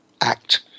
act